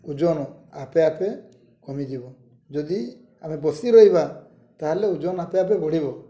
ଓଜନ ଆପେ ଆପେ କମିଯିବ ଯଦି ଆମେ ବସି ରହିବା ତାହେଲେ ଓଜନ ଆପେ ଆପେ ବଢ଼ିବ